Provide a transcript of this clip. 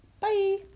Bye